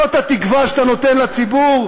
זאת התקווה שאתה נותן לציבור?